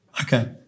Okay